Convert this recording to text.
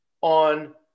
on